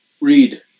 Read